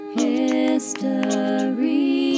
history